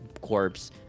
corpse